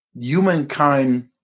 humankind